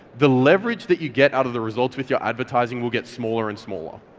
the leverage that you get out of the results with your advertising will get smaller and smaller.